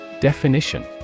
Definition